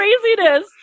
craziness